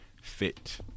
fit